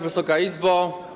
Wysoka Izbo!